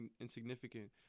insignificant